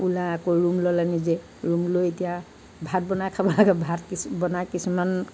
ওলাই আকৌ ৰুম ল'লে নিজে ৰুম লৈ এতিয়া ভাত বনাই খাব লাগে ভাত কিছু বনায় কিছুমান